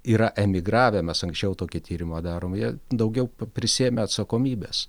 yra emigravę mes anksčiau tokį tyrimą darom jie daugiau prisiėmę atsakomybės